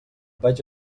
vaig